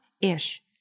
ish